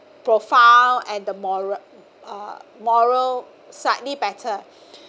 profile and the moral uh moral slightly better